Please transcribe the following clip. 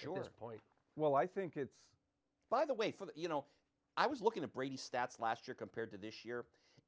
shorter point well i think it's by the way for you know i was looking at brady stats last year compared to this year